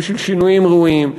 ושל שינויים ראויים,